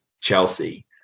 Chelsea